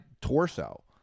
torso